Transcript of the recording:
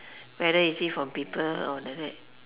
whether is it from people or like that